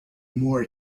more